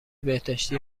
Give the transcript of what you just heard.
بهداشتی